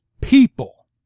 people